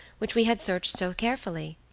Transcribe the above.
which we had searched so carefully?